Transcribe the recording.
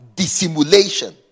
Dissimulation